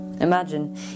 Imagine